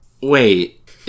Wait